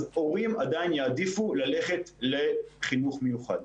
אז הורים יעדיפו ללכת לחינוך מיוחד.